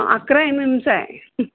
अकरा एम एमचा आहे